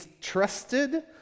trusted